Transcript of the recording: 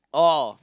oh